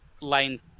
line